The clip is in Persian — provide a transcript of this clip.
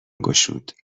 گشود